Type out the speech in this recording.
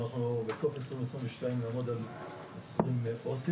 אנחנו בתוך תהליך מאוד גדול,